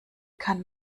kann